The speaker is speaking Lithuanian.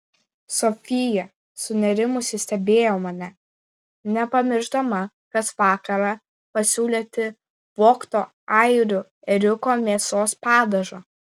sofija sunerimusi stebėjo mane nepamiršdama kas vakarą pasiūlyti vogto airių ėriuko mėsos padažo